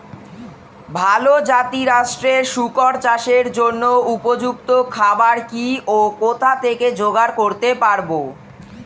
ভালো জাতিরাষ্ট্রের শুকর চাষের জন্য উপযুক্ত খাবার কি ও কোথা থেকে জোগাড় করতে পারব?